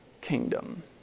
kingdom